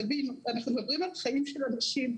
תבינו, אנחנו מדברים על חיים של אנשים,